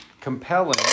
compelling